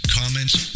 comments